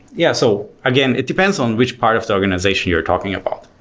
yeah. so again, it depends on which part of the organization you're talking about.